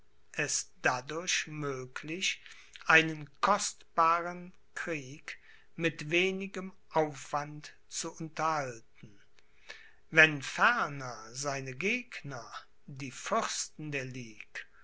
es dadurch möglich einen kostbaren krieg mit wenigem aufwand zu unterhalten wenn ferner seine gegner die fürsten der ligue